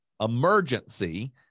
emergency